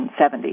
1970s